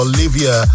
Olivia